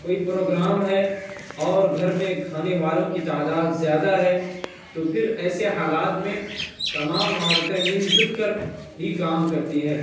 کوئی پروگرام ہے اور گھر میں کھانے والوں کی تعداد زیادہ ہے تو پھر ایسے حالات میں تمام عورتیں مل جل کر ہی کام کرتی ہیں